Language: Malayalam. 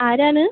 ആരാണ്